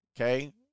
okay